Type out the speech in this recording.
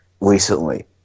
recently